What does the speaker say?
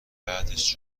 بعدش